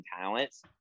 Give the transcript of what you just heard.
talents